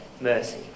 mercy